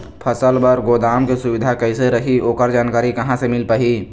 फसल बर गोदाम के सुविधा कैसे रही ओकर जानकारी कहा से मिल पाही?